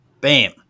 Bam